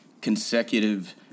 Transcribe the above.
consecutive